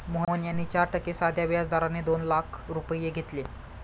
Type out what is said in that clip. मोहन यांनी चार टक्के साध्या व्याज दराने दोन लाख रुपये घेतले